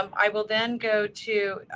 um i will then go to